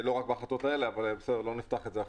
לא רק בהחלטות האלה, אבל לא נפתח את זה עכשיו.